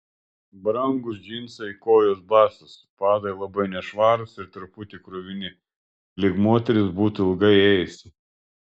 brangūs džinsai kojos basos padai labai nešvarūs ir truputį kruvini lyg moteris būtų ilgai ėjusi